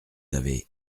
avez